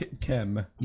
Kim